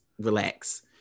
relax